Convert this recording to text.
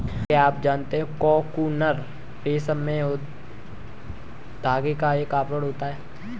क्या आप जानते है कोकून रेशम के धागे का एक आवरण होता है?